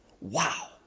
Wow